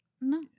no